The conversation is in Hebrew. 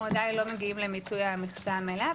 עדיין לא מגיעים למיצוי המכסה המלאה,